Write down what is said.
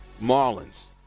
Marlins